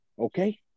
okay